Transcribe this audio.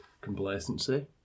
Complacency